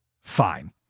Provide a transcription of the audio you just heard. fine